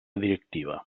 directiva